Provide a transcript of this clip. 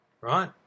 right